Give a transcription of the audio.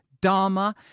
Dharma